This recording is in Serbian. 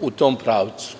u tom pravcu.